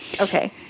okay